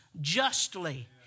justly